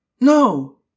No